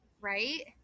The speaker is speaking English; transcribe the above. right